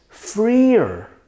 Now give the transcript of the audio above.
freer